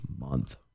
month